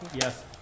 yes